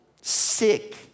sick